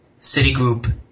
Citigroup